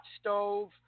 Stove